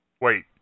Wait